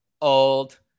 old